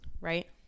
Right